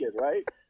right